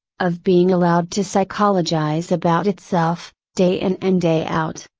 of being allowed to psychologize about itself, day in and day out.